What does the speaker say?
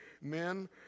men